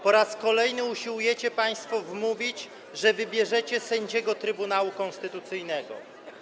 Po raz kolejny usiłujecie państwo nam wmówić, że wybierzecie sędziego Trybunału Konstytucyjnego.